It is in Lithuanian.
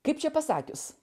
kaip čia pasakius